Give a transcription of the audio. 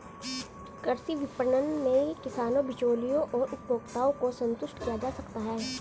कृषि विपणन में किसानों, बिचौलियों और उपभोक्ताओं को संतुष्ट किया जा सकता है